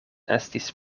estis